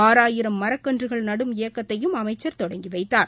ஆறாயிரம் மரக்கன்றுகள் நடும் இயக்கத்தையும் அமைச்சர் தொடங்கிவைத்தார்